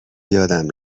یادم